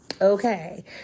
Okay